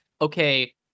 okay